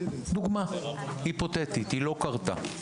דוגמה היפותטית, היא לא קרתה: